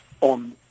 on